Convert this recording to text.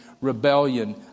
rebellion